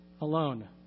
alone